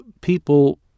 people